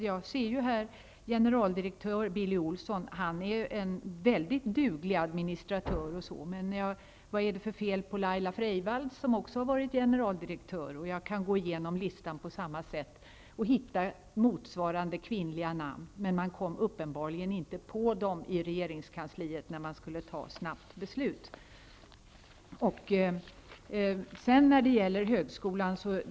Jag ser att generaldirektör Billy Olsson har utsetts, och han är en mycket duglig administratör, men vad är det för fel på Laila Freivalds, som också har varit generaldirektör? Jag kan gå igenom listan på samma sätt och hitta motsvarande kvinnliga namn, som man i regeringskansliet uppenbarligen inte kom på när man snabbt skulle fatta beslut.